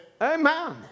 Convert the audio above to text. Amen